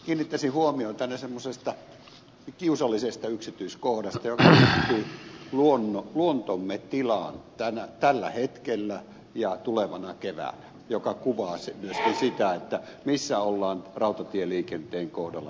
kiinnittäisin huomiota semmoiseen kiusalliseen yksityiskohtaan joka liittyy luontomme tilaan tällä hetkellä ja tulevana keväänä ja joka kuvaa myöskin sitä missä ollaan rautatieliikenteen kohdalla menossa